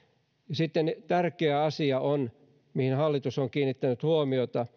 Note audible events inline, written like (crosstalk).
sitten tärkeä asia mihin hallitus on kiinnittänyt huomiota (unintelligible)